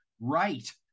right